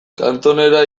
kantonera